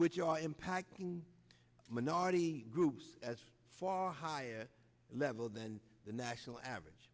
which are impacting minority groups as far higher level than the national average